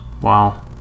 Wow